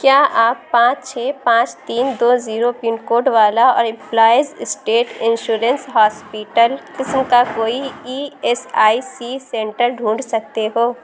کیا آپ پانچ چھ پانچ تین دو زیرو پن کوڈ والا اور امپلائیز اسٹیٹ انشورنس ہاسپیٹل قسم کا کوئی E S I C centre ڈھونڈ سکتے ہو